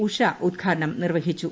ഉഷ്ട് ഉദ്ഘാടനം നിർവ്വഹിച്ചു